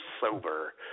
sober